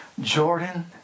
Jordan